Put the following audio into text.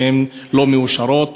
והן לא מאושרות.